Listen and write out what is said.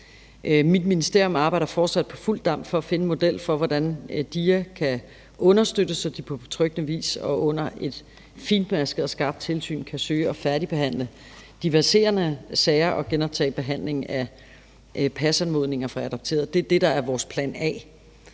Mit ministerium arbejder fortsat på fuld damp for at finde en model for, hvordan DIA kan understøttes, så de på betryggende vis og under et finmasket og skarpt tilsyn kan søge at færdigbehandle de verserende sager og genoptage behandlingen af PAS-anmodninger fra adopterede. Det er det, der er vores plan A.